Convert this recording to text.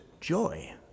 joy